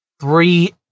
Three